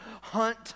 hunt